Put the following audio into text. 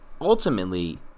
ultimately